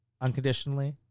unconditionally